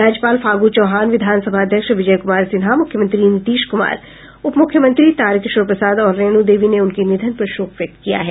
राज्यपाल फागू चौहान विधान सभा अध्यक्ष विजय कुमार सिन्हा मुख्यमंत्री नीतीश कुमार उप मुख्यमंत्री तारकिशोर प्रसाद और रेणु देवी ने उनके निधन पर शोक व्यक्त किया है